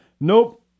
nope